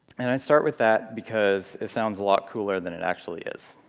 and i start with that because it sounds a lot cooler than it actually is.